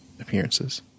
appearances